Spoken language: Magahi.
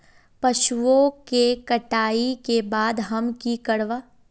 पशुओं के कटाई के बाद हम की करवा?